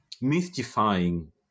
mystifying